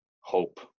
hope